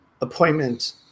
appointment